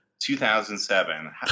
2007